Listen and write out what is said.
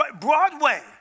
Broadway